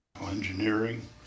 Engineering